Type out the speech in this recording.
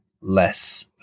less